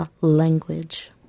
language